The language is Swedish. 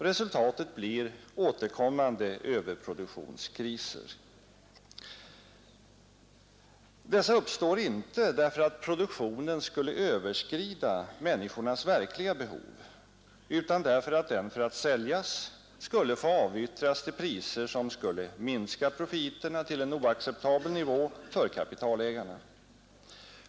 Resultatet blir återkommande överproduktionskriser. Dessa uppstår inte därför att produktionen skulle överskrida människornas verkliga behov, utan därför att den för att säljas skulle få avyttras till priser som skulle minska profiterna till en oacceptabel nivå för kapitalägarna.